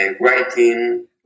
writing